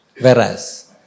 Whereas